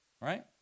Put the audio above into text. right